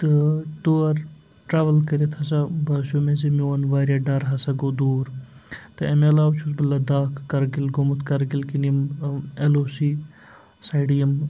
تہٕ تور ٹرٛیوٕل کٔرِتھ ہَسا باسیٚو مےٚ زِ میون وارِیاہ ڈَر ہَسا گوٚو دوٗر تہٕ اَمہِ علاوٕ چھُس بہٕ لداخ کَرگِل گوٚمُت کَرگِل کِنۍ یِم ایل او سی سایڈٕ یِم